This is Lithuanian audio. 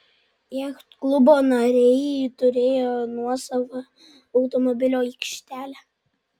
jachtklubo nariai turėjo nuosavą automobilių aikštelę